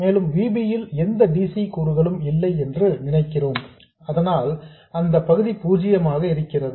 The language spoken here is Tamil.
மேலும் V b ல் எந்த dc கூறுகளும் இல்லை என்று நினைக்கிறோம் அதனால் அந்த பகுதி பூஜ்யமாக இருக்கிறது